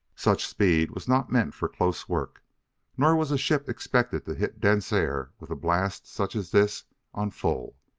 such speed was not meant for close work nor was a ship expected to hit dense air with a blast such as this on full.